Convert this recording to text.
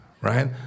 Right